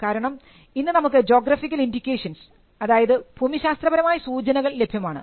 കാരണം ഇന്ന് നമുക്ക് ജോഗ്രഫിക്കൽ ഇൻഡിക്കേഷൻസ് അതായത് ഭൂമിശാസ്ത്രപരമായ സൂചനകൾ ലഭ്യമാണ്